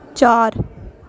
चार